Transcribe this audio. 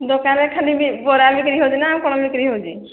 ଦୋକାନରେ ଖାଲି ବି ବରା ବିକ୍ରି ହେଉଛି ନା ଆଉ କ'ଣ ବିକ୍ରି ହେଉଛି